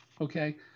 Okay